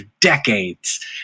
decades